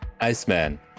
Iceman